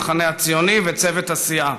המחנה הציוני, וצוות הסיעה.